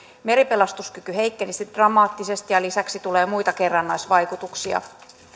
meripelastuskyky heikkenisi dramaattisesti ja lisäksi tulee muita kerrannaisvaikutuksia